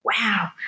Wow